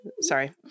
Sorry